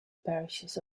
parishes